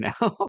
now